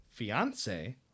fiance